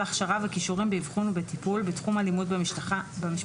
הכשרה וכישורים באבחון ובטיפול בתחום אלימות במשפחה,